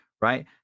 right